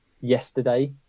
Yesterday